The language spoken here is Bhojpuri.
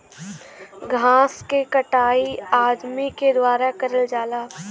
घास के कटाई अदमी के द्वारा करल जाला